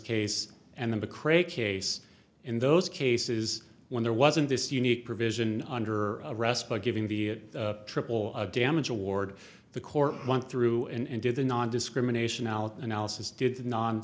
case and the mcrae case in those cases when there wasn't this unique provision under arrest by giving the triple of damage award the court went through and did the nondiscrimination alan analysis did the non